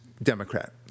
Democrat